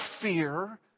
fear